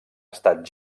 estat